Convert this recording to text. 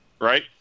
Right